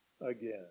again